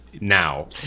now